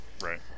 Right